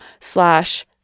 slash